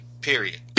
period